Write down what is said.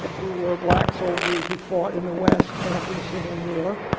who were black soldiers who fought in the west after the civil war.